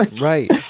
Right